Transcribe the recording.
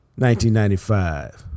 1995